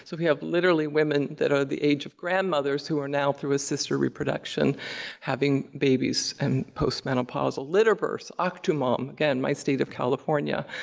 so we have literally women that are the age of grandmothers who are now through assisted reproduction having babies, and post-menopausal litter births, octomom. again, my state of california,